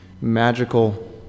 magical